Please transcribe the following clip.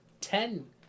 Ten